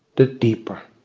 the deeper